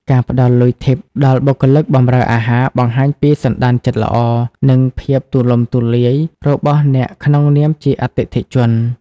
ការផ្ដល់លុយ Tip ដល់បុគ្គលិកបម្រើអាហារ បង្ហាញពីសណ្ដានចិត្តល្អ និងភាពទូលំទូលាយរបស់អ្នកក្នុងនាមជាអតិថិជន។